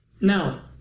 Now